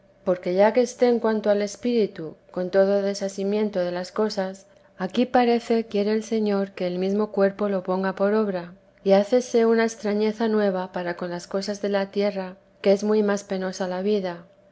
porque ya que estén cuanto al espíritu con todo desasimiento de las cosas aquí parece quiere el señor que el mesmo cuerpo lo ponga por obra y hácese una extrañeza nueva para con las cosas de la tierra que es muy más penosa la vida